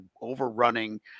overrunning